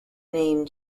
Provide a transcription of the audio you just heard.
name